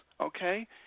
Okay